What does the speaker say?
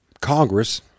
Congress